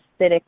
acidic